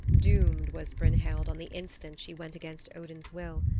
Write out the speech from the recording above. doomed was brynhild on the instant she went against odin's will.